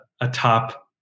atop